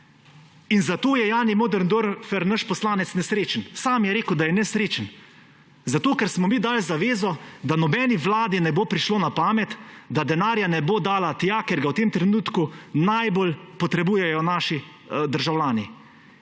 In zato je Jani Möderndorfer, naš poslanec, nesrečen. Sam je rekel, da je nesrečen, zato ker smo mi dali zavezo, da nobeni vladi ne bo prišlo na pamet, da denarja ne bo dala tja, kjer ga v tem trenutku najbolj potrebujejo naši državljani.